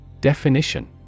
Definition